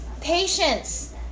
patience